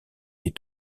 les